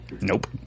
Nope